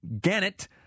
Gannett